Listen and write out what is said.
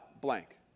blank